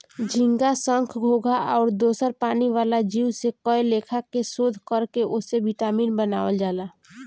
झींगा, संख, घोघा आउर दोसर पानी वाला जीव से कए लेखा के शोध कर के ओसे विटामिन बनावल जाला